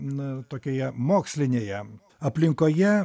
n tokioje mokslinėje aplinkoje